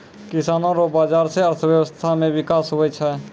किसानो रो बाजार से अर्थव्यबस्था मे बिकास हुवै छै